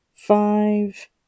Five